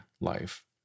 life